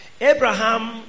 Abraham